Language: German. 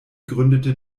gründete